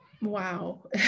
Wow